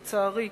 לצערי,